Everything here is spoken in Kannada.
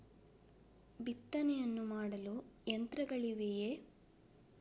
ಬಿತ್ತನೆಯನ್ನು ಮಾಡಲು ಯಂತ್ರಗಳಿವೆಯೇ?